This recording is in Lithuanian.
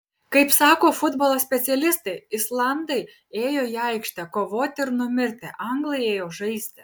kaip sako futbolo specialistai islandai ėjo į aikštę kovoti ir numirti anglai ėjo žaisti